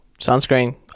Sunscreen